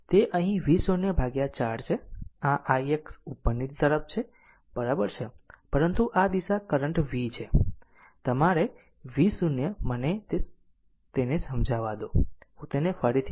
તે અહીં V0 4 છે આ i ix ઉપરની તરફ છે બરાબર છે પરંતુ આ દિશા કરંટ V છે તમારી V0 મને તેને સમજાવા દો હું તેને ફરીથી બનાવું